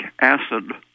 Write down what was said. acid